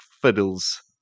fiddles